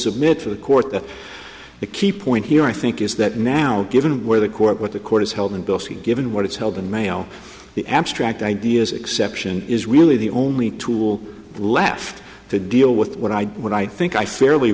submit to the court that the key point here i think is that now given where the court what the court is held in bill c given what it's held in mail the abstract ideas exception is really the only tool left to deal with what i what i think i fairly